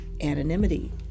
anonymity